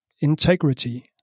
integrity